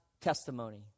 testimony